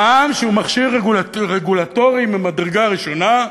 מע"מ, שהוא מכשיר רגולטורי ממדרגה ראשונה,